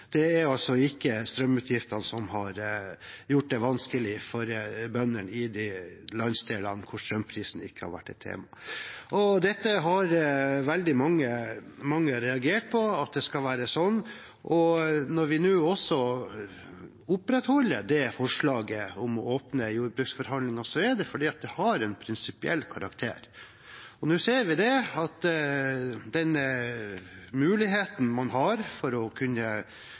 Det er ikke strømutgiftene som har gjort det vanskelig for bønder i de landsdelene hvor strømprisen ikke har vært tema, og veldig mange har reagert på at det skal være sånn. Når vi nå opprettholder forslaget om å åpne jordbruksforhandlinger, er det fordi det har en prinsipiell karakter. Nå ser vi at den muligheten man har for å kunne